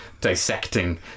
dissecting